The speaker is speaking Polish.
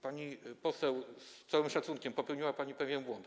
Pani poseł, z całym szacunkiem, popełniła pani pewien błąd.